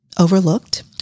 overlooked